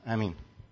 Amen